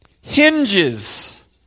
hinges